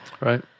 right